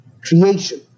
creation